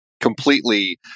completely